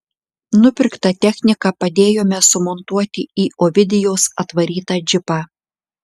nupirktą techniką padėjome sumontuoti į ovidijaus atvarytą džipą